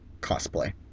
cosplay